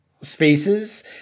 spaces